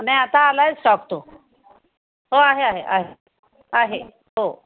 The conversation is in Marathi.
नाही आता आला आहे स्टॉक तो हो आहे आहे आहे आहे हो